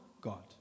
God